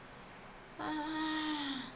ah